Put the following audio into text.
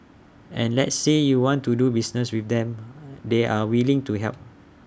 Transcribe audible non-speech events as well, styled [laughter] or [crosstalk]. and let's say you want to do business with them [noise] they're willing to help